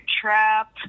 trap